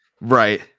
right